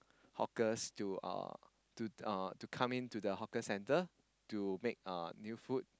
hawkers to uh to uh to come into the hawker centre to make uh new food